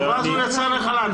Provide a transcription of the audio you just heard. הוא יצא לחל"ת.